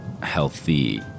healthy